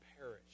perish